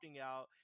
out